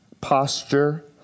posture